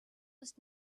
was